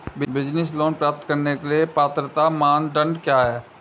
Business loan प्राप्त करने के लिए पात्रता मानदंड क्या हैं?